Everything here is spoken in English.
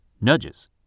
nudges